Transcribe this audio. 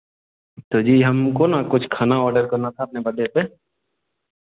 तो जी हमको ना कुछ खाना ऑर्डर करना था आपने बड्डे पर